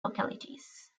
localities